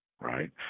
right